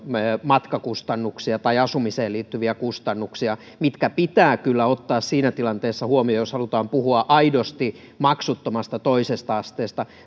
matkakustannuksia tai asumiseen liittyviä kustannuksia mitkä pitää kyllä ottaa siinä tilanteessa huomioon jos halutaan puhua aidosti maksuttomasta toisesta asteesta